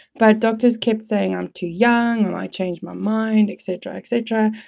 but doctors kept saying i'm too young or i'd change my mind, et cetera, et cetera.